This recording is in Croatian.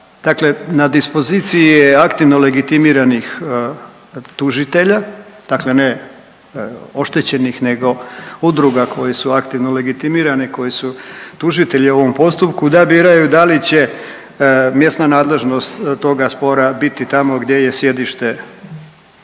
na dispoziciji je aktivno legitimiranih tužitelja, dakle ne oštećenih nego udruga koje su aktivno legitimirane, koje su tužitelji u ovom postupku, da biraju da li će mjesna nadležnost toga spora biti tamo gdje je sjedište trgovca